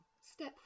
Step